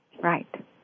right